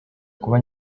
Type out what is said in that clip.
kuba